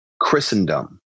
Christendom